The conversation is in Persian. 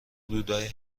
حدودای